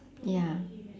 ya